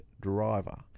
driver